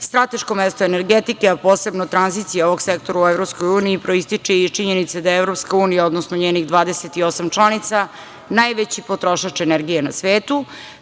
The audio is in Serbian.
Srbija. Strateško mesto energetike, a posebno tranzicije ovog sektora u EU proističe iz činjenice da je EU, odnosno njenih 28 članica, najveći potrošač energije na svetu,